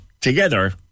together